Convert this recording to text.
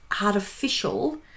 artificial